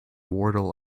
wardle